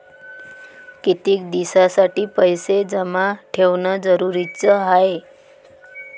कितीक दिसासाठी पैसे जमा ठेवणं जरुरीच हाय?